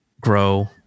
grow